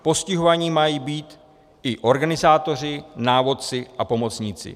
Postihováni mají být i organizátoři, návodci a pomocníci.